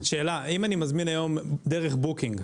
אם אני מזמין טיסה דרך בוקינג,